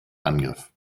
angriff